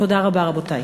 תודה רבה, רבותי.